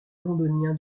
londonien